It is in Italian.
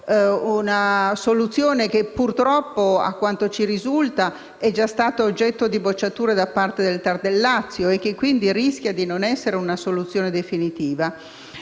una soluzione che, purtroppo, a quanto ci risulta, è già stata oggetto di bocciatura da parte del TAR del Lazio e che quindi rischia di non essere una soluzione definitiva.